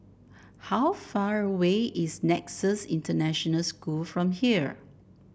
how far away is Nexus International School from here